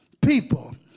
people